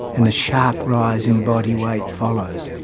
and a sharp rise in body weight follows.